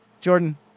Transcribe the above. Jordan